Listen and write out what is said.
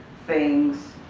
things,